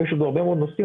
יש עוד הרבה מאוד נושאים,